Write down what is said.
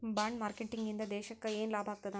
Bond marketing ಇಂದಾ ದೇಶಕ್ಕ ಯೆನ್ ಲಾಭಾಗ್ತದ?